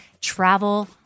travel